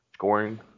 scoring